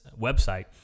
website